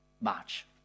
March